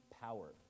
power